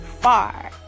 far